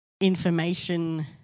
information